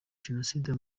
jenoside